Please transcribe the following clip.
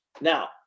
Now